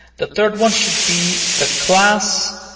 the third one should be the class